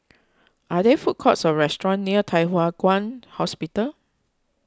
are there food courts or restaurants near Thye Hua Kwan Hospital